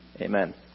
Amen